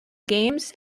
games